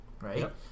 right